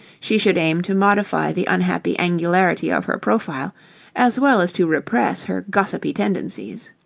she should aim to modify the unhappy angularity of her profile as well as to repress her gossipy tendencies.